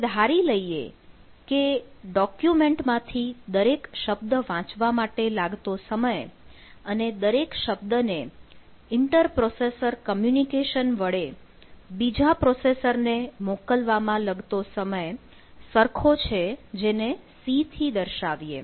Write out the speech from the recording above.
હવે ધારી લઈએ કે ડોક્યુમેન્ટ માંથી દરેક શબ્દ વાંચવા માટે લાગતો સમય અને દરેક શબ્દને ઇન્ટર પ્રોસેસર કમ્યુનિકેશન વડે બીજા પ્રોસેસર ને મોકલવામાં લાગતો સમય સરખો છે જેને c થી દર્શાવીએ